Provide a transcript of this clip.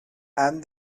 and